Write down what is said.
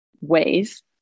ways